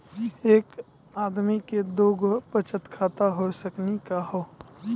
एके आदमी के दू गो बचत खाता हो सकनी का हो?